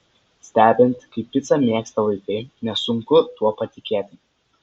stebint kaip picą mėgsta vaikai nesunku tuo patikėti